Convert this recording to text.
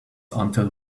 until